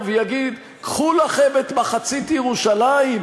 ויגיד: "קחו לכם את מחצית ירושלים",